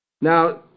Now